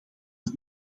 het